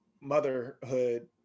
motherhood